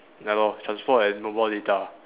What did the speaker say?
ya lor transport and mobile data